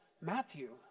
Matthew